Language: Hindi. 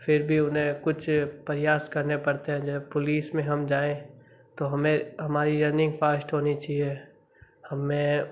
फिर भी उन्हें कुछ प्रयास करने पड़ते हैं जब पुलिस में हम जाएं तो हमें हमारी रनिंग फास्ट होनी चाहिए हमें